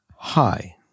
Hi